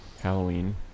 Halloween